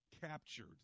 captured